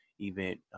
Event